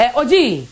oji